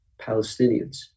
Palestinians